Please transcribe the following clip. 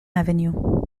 avenue